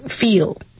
feel